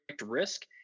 risk